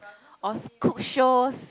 or cook shows